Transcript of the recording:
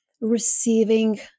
receiving